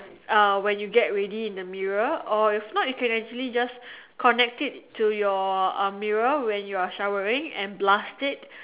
uh when you get ready in the mirror or if not you can actually just connect it to your um mirror when you are showering and just blast it